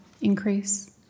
increase